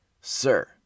Sir